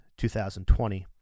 2020